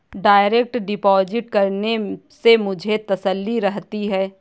direct deposit करने से मुझे तसल्ली रहती है